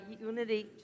unity